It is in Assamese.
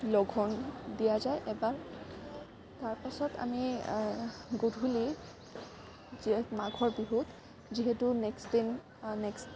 লঘোণ দিয়া যায় এবাৰ তাৰপাছত আমি গধূলি যি এক মাঘৰ বিহুত যিহেতু নেক্সট দিন নেক্সট